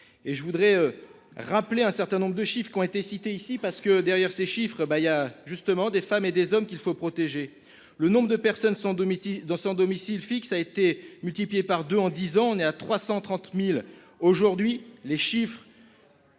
je voudrais rappeler un certain nombre de chiffre qui ont été cités ici parce que derrière ces chiffres Baya justement des femmes et des hommes qu'il faut protéger le nombre de personnes sans domicile dans son domicile fixe a été multiplié par 2 en 10 ans, on est à 330.000 aujourd'hui les chiffres.